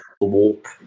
walk